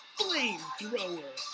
flamethrower